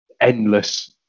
endless